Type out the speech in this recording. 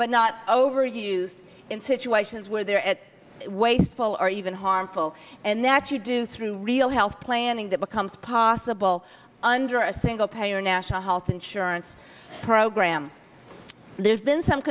but not overused in situations where they're at wasteful or even harmful and that you do through real health planning that becomes possible under a single payer national health insurance program there's been some